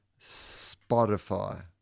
Spotify